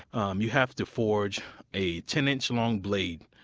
um you have to forge a ten-inch long blade,